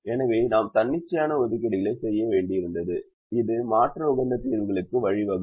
எனவே நாம் தன்னிச்சையான ஒதுக்கீடுகளைச் செய்ய வேண்டியிருந்தது இது மாற்று உகந்த தீர்வுகளுக்கு வழிவகுக்கும்